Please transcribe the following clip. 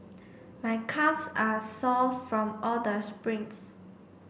my calves are sore from all the sprints